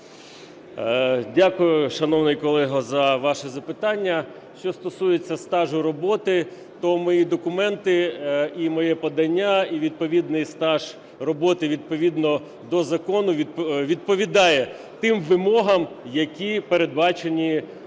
Дякую, шановний колего за ваше запитання. Що стосується стажу роботи, то мої документи і моє подання, і відповідний стаж роботи відповідно до закону відповідає тим вимогам, які передбачені в рамках